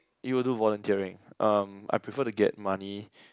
even do volunteering um I prefer to get money